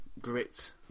grit